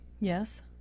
Yes